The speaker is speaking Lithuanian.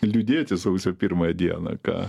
liūdėti sausio pirmąją dieną ką